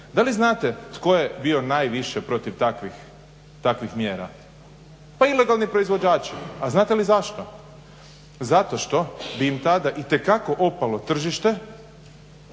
Da li znate tko je bio najviše protiv takvih mjera? Pa ilegalni proizvođači. A znate li zašto? Zato što bi im tada itekako opalo tržište,